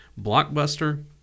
Blockbuster